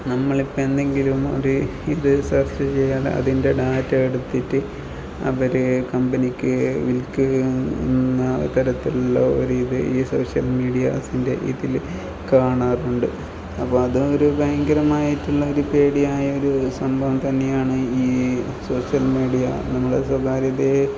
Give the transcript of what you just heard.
നമ്മളിപ്പോൾ എന്തെങ്കിലും ഒരു ഇത് സെർച്ച് ചെയ്താൽ അതിൻ്റെ ഡാറ്റ എടുത്തിട്ട് അവർ കമ്പനിക്ക് വിൽക്കുകയും എന്ന തരത്തിലുള്ള ഒരു ഇത് ഈ സോഷ്യൽ മീഡിയാസിൻ്റെ ഇതിൽ കാണാറുണ്ട് അപ്പോൾ അത് ഒരു ഭയങ്കരമായിട്ടുള്ള ഒരു പേടിയായ ഒരു സംഭവം തന്നെയാണ് ഈ സോഷ്യൽ മീഡിയ നമ്മുടെ സ്വകാര്യതയെ